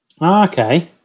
Okay